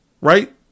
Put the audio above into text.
right